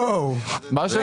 יכול להיות.